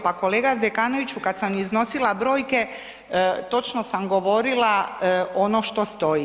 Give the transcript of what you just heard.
Pa kolega Zekanoviću, kad sam iznosila brojke, točno sam govorila ono što stoji.